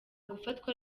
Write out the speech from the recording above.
gufatwa